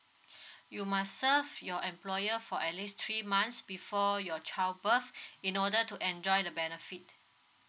you must serve your employer for at least three months before your child birth in order to enjoy the benefit